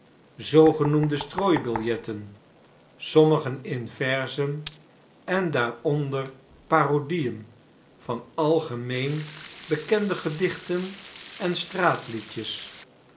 zoogenoemde strooibiljetten sommigen in verzen en daaronder parodieen van algemeen bekende gedichten en